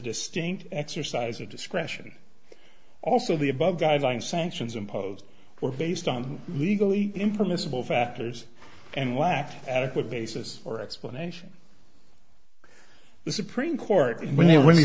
distinct exercise of discretion also the above guideline sanctions imposed were based on legally impermissible factors and lacked adequate basis or explanation the supreme court when they when you